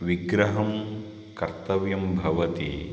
विग्रहं कर्तव्यं भवति